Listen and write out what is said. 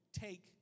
take